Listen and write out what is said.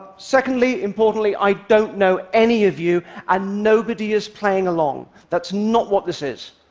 secondly, importantly, i don't know any of you and nobody is playing along. that's not what this is.